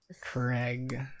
Craig